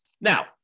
Now